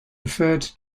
referred